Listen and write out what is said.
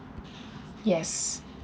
yes